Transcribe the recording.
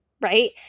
right